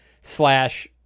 slash